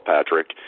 Patrick